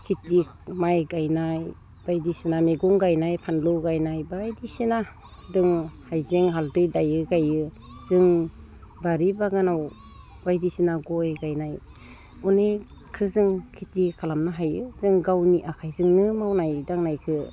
खिथि माइ गायनाय बायदिसिना मैगं गायनाय फानलु गायनाय बायदिसिना दोङो हायजें हालदै दायो गायो जों बारि बागानाव बायदिसिना गय गायनाय अनेख खोजों खेथि खालामनो हायो जों गावनि आखाइजोंनो मावनाय दांनायखो